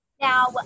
Now